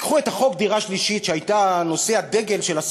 קחו את חוק מיסוי הדירה שלישית,